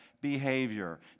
behavior